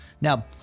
Now